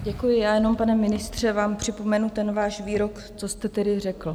Děkuji, já jenom, pane ministře, vám připomenu ten váš výrok, co jste tedy řekl.